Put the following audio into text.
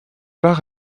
par